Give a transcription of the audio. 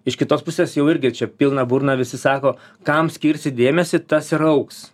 iš kitos pusės jau irgi čia pilna burna visi sako kam skirsi dėmesį tas ir augs